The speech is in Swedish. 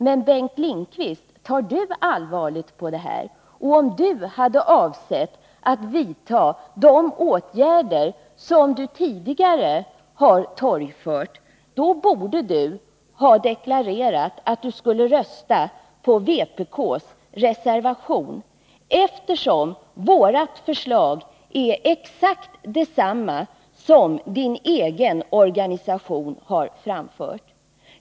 Men, Bengt Lindqvist: tar du allvarligt på det här? Om du hade avsett att vidta de åtgärder som du tidigare har torgfört, då borde du ha deklarerat att du skall rösta på vpk:s reservation, eftersom vårt förslag är exakt detsamma som det som din egen organisation har framfört.